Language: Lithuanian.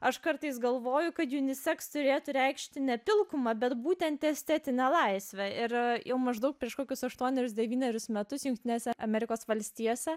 aš kartais galvoju kad juniseks turėtų reikšti ne pilkumą bet būtent estetinę laisvę ir jau maždaug prieš kokius aštuonerius devynerius metus jungtinėse amerikos valstijose